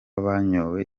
banyoye